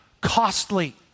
costly